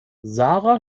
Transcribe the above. sara